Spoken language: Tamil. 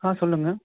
ஆ சொல்லுங்க